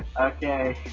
okay